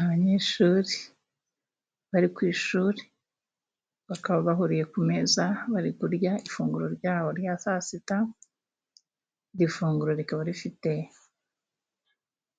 Abanyeshuri bari ku ishuri bakaba bahuriye ku meza, bari kurya ifunguro ryabo rya saa sita, iryo funguro rikaba rifite